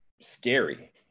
scary